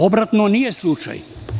Obrnuto nije slučaj.